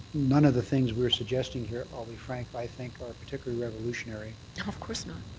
none of the things we're suggesting here, i'll be frank, i think are particularly revolutionary. of course not.